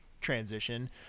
transition